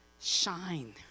shine